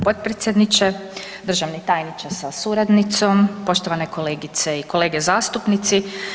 Potpredsjedniče, državni tajniče sa suradnicom, poštovane kolegice i kolege zastupnici.